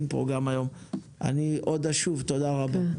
תודה רבה.